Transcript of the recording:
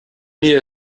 mir